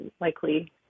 likely